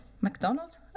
McDonald's